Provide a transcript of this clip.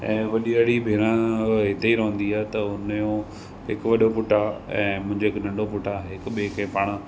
ऐं वॾी वारी भेण हूअ हिते ई रहंदी आहे त हुनजो हिकु वॾो पुटु आहे ऐं मुंहिंजो हिकु नंढो पुटु आहे हिक ॿिए खे पाण